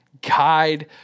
Guide